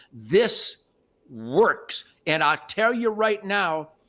this works. and i tell you right now,